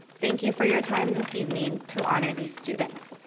thank you for you time this evening to honor these students.